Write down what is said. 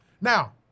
Now